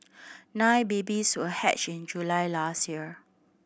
nine babies were hatched in July last year